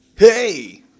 Hey